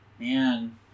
Man